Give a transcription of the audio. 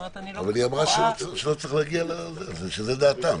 אבל היא אמרה שלא צריך להגיע --- שזו דעתם.